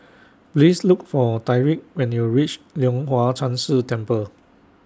Please Look For Tyriq when YOU REACH Leong Hwa Chan Si Temple